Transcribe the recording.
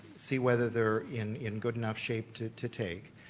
see whether they're in in good enough shape to to take.